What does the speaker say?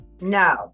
No